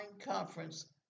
conference